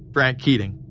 frank keating.